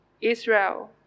Israel